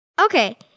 Okay